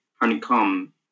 honeycomb